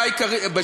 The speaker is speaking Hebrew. אמרתי לו.